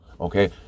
Okay